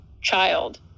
child